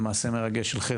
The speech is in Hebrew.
התחנך ב״הדסה נעורים״.